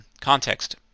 Context